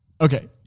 Okay